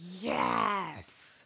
Yes